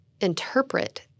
interpret